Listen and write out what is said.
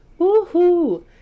woohoo